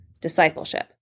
discipleship